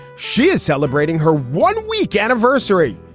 she is celebrating her one week anniversary.